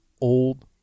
old